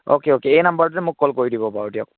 okay okay এই নাম্বাৰটোতে মোক কল কৰি দিব বাৰু দিয়ক